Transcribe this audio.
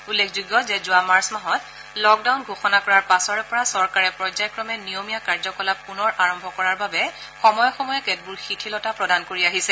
উল্লেখযোগ্য যে যোৱা মাৰ্চ মাহত লকডাউন ঘোষণা কৰাৰ পাছৰে পৰা চৰকাৰে পৰ্যায়ক্ৰমে নিয়মীয়া কাৰ্যকলাপ পুনৰ আৰম্ভ কৰাৰ বাবে সময়ে সময়ে কেতবোৰ শিথিলতা প্ৰদান কৰি আহিছে